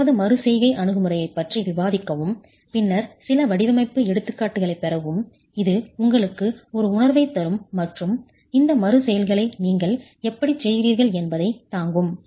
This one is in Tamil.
இரண்டாவது மறு செய்கை அணுகுமுறையைப் பற்றி விவாதிக்கவும் பின்னர் சில வடிவமைப்பு எடுத்துக்காட்டுகளைப் பெறவும் இது உங்களுக்கு ஒரு உணர்வைத் தரும் மற்றும் இந்த மறு செய்கைகளை நீங்கள் எப்படிச் செய்கிறீர்கள் என்பதைத் தாங்கும்